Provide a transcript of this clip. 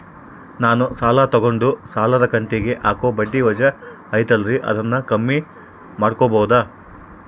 ನಾನು ತಗೊಂಡ ಸಾಲದ ಕಂತಿಗೆ ಹಾಕೋ ಬಡ್ಡಿ ವಜಾ ಐತಲ್ರಿ ಅದನ್ನ ಕಮ್ಮಿ ಮಾಡಕೋಬಹುದಾ?